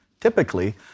Typically